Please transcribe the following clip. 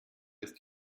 ist